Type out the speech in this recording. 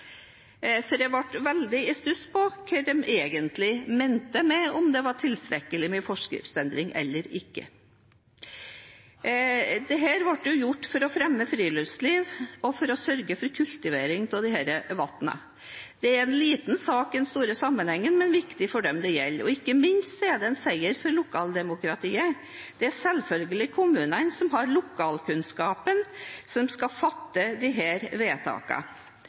for jeg ble veldig i stuss på hva en egentlig mente med hensyn til om det var tilstrekkelig med en forskriftsendring eller ikke. Dette ble gjort for å fremme friluftsliv og for å sørge for kultivering av disse vannene. Det er en liten sak i den store sammenhengen, men viktig for dem det gjelder, og ikke minst er det en seier for lokaldemokratiet. Det er selvfølgelig kommunene, som har lokalkunnskapen, som skal fatte